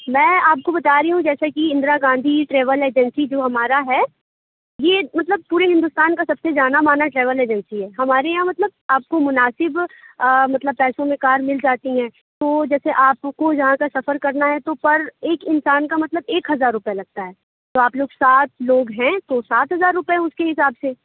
میں آپ کو بتا رہی ہوں جیسے کہ اِندرا گاندھی ٹریول ایجنسی جو ہمارا ہے یہ مطلب پورے ہندوستان کا سب سے جانا مانا ٹریول ایجنسی ہے ہمارے یہاں مطلب آپ کو مُناسب مطلب پیسوں میں کار مل جاتی ہے تو جیسے آپ کو یہاں کا سفر کرنا ہے تو پر ایک انسان کا مطلب ایک ہزار روپیے لگتا ہے تو آپ لوگ سات لوگ ہیں تو سات ہزار روپیے اُس کے حساب سے